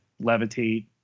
levitate